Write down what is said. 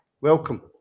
welcome